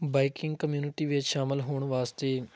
biking community ਵਿੱਚ ਸ਼ਾਮਿਲ ਹੋਣ ਵਾਸਤੇ